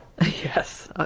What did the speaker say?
Yes